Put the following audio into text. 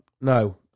No